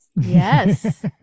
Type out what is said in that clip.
Yes